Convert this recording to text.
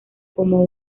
como